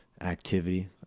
activity